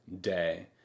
day